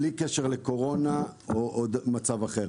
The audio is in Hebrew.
בלי קשר לקורונה או מצב אחר,